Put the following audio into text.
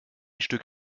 stück